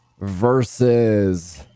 versus